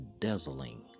dazzling